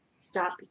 Stop